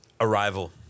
arrival